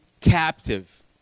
captive